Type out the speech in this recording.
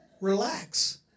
Relax